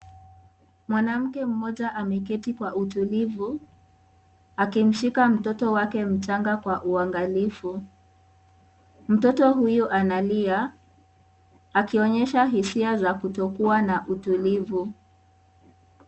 Mwanamke mmoja ameketi kwa utulivu, akimshika mtoto wake mchanga kwa uangalifu. Mtoto huyo analia, akionyesha hisia za kutokuwa na utulivu.